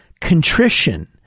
Contrition